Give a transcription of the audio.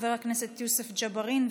חבר הכנסת יוסף ג'בארין,